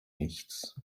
nichts